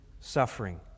suffering